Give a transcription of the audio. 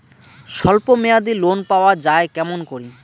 স্বল্প মেয়াদি লোন পাওয়া যায় কেমন করি?